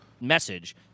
message